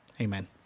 amen